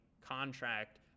contract